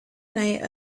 night